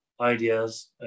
ideas